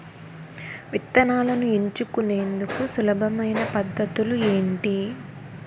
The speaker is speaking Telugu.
విత్తనాలను ఎంచుకునేందుకు సులభమైన పద్ధతులు ఏంటి?